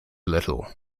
little